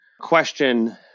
question